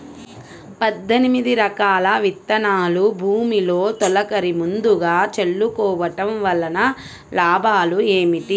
పద్దెనిమిది రకాల విత్తనాలు భూమిలో తొలకరి ముందుగా చల్లుకోవటం వలన లాభాలు ఏమిటి?